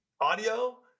audio